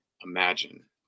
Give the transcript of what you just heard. imagine